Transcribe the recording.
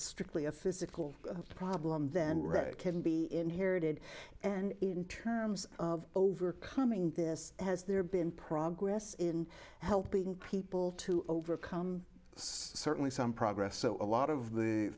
strictly a physical problem then can be inherited and in terms of overcoming this has there been progress in helping people to overcome certainly some progress so a lot of the